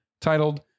titled